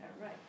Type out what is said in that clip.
Right